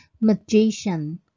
magician